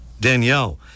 Danielle